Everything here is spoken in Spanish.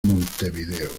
montevideo